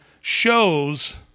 shows